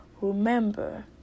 Remember